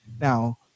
now